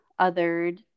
othered